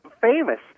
famous